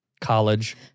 college